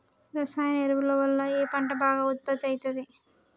రసాయన ఎరువుల వల్ల ఏ పంట బాగా ఉత్పత్తి అయితది?